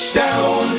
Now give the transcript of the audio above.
down